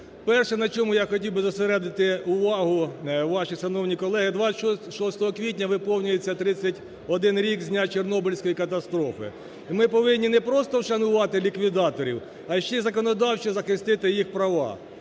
Перше, на чому я хотів би зосередити увагу вашу, шановні колеги, 26 квітня виповнюється 31 рік з дня Чорнобильської катастрофи. І ми повинні не просто вшанувати ліквідаторів, а ще й законодавчо захистити їх права.